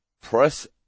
press